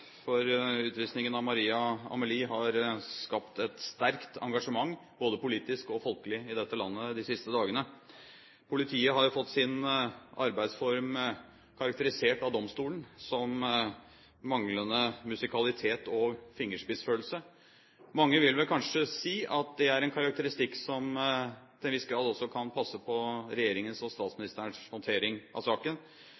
for utvisningen av Maria Amelie har de siste dagene skapt et sterkt engasjement både politisk og folkelig i dette landet. Politiet har fått sin arbeidsform karakterisert av domstolen som manglende musikalitet og fingerspissfølelse. Mange vil vel kanskje si at det er en karakteristikk som til en viss grad også kan passe på regjeringens og